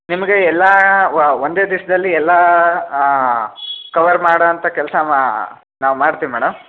ನಿಮಗೆ ಎಲ್ಲ ಒಂದೇ ದಿವ್ಸ್ದಲ್ಲಿ ಎಲ್ಲ ಕವರ್ ಮಾಡೋ ಅಂತ ಕೆಲಸ ಮಾ ನಾವು ಮಾಡ್ತೀವಿ ಮೇಡಮ್